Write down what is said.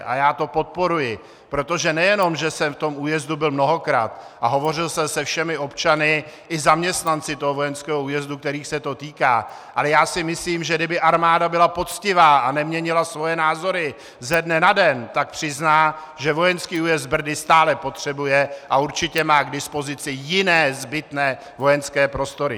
A já to podporuji, protože nejenom že jsem v tom újezdu byl mnohokrát a hovořil jsem se všemi občany i zaměstnanci vojenských újezdů, kterých se to týká, ale myslím si, že kdyby armáda byla poctivá a neměnila svoje názory ze dne na den, tak přizná, že vojenský újezd Brdy stále potřebuje, a určitě má k dispozici jiné zbytné vojenské prostory.